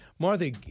Martha